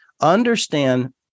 understand